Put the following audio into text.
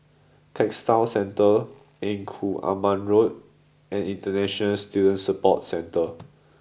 Textile Centre Engku Aman Road and International Student Support Centre